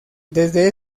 desde